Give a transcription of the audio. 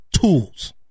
tools